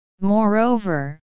Moreover